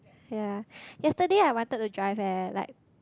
ya yesterday I wanted to drive eh like